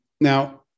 Now